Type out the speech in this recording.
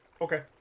Okay